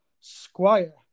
Squire